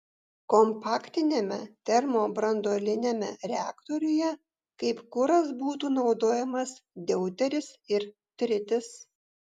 kompaktiniame termobranduoliniame reaktoriuje kaip kuras būtų naudojamas deuteris ir tritis